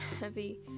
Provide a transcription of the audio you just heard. heavy